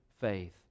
faith